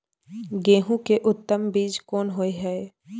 गेहूं के उत्तम बीज कोन होय है?